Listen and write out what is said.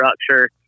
structure